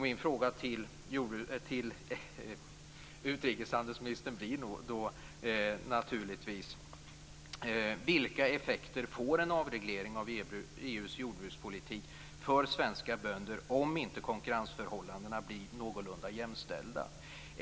Min fråga till utrikeshandelsministern blir då naturligtvis: Vilka effekter får en avreglering av EU:s jordbrukspolitik för svenska bönder, om inte konkurrensförhållandena blir någorlunda jämställda?